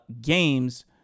games